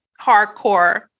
hardcore